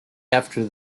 after